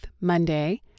Monday